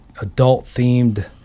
adult-themed